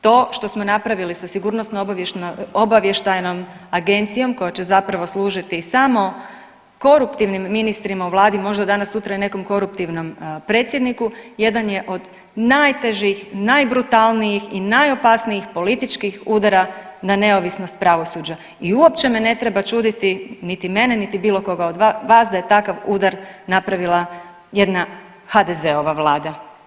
To što smo napravili sa SOA-om koja će zapravo služiti samo koruptivnim ministrima u vladi, možda danas sutra i nekom koruptivnom predsjedniku jedan je od najtežih, najbrutalnijih i najopasnijih političkih udara na neovisnost pravosuđa i uopće me ne treba čuditi, niti mene, niti bilo koga od vas da je takav udar napravila jedna HDZ-ova vlada.